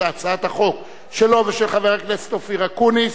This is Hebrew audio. הצעת החוק שלו ושל חבר הכנסת אופיר אקוניס,